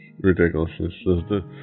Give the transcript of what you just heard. ridiculous